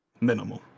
Minimum